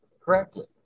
correctly